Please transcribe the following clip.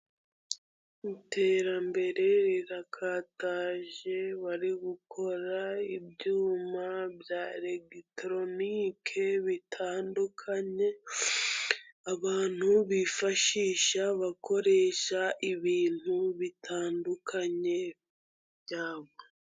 Iterambere rirakataje, bari gukora ibyuma bya elegitoronike bitandukanye, abantu bifashisha bakoresha ibintu bitandukanye byabo.